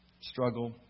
struggle